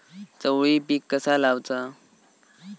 चवळी पीक कसा लावचा?